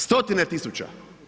Stotine tisuća.